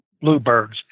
bluebirds